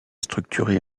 structurée